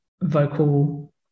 vocal